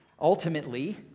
Ultimately